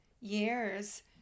years